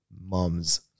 moms